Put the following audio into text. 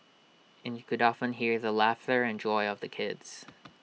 and you could often hear the laughter and joy of the kids